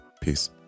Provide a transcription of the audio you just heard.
Peace